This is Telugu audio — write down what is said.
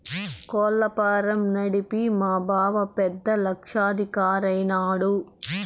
కోళ్ల ఫారం నడిపి మా బావ పెద్ద లక్షాధికారైన నాడు